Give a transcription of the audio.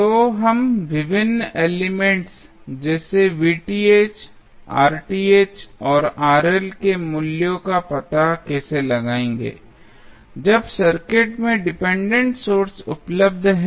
तो हम विभिन्न एलिमेंट्स जैसे और के मूल्यों का पता कैसे लगाएंगे जब सर्किट में डिपेंडेंट सोर्स उपलब्ध है